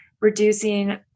reducing